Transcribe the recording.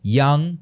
young